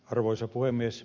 arvoisa puhemies